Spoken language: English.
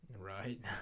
Right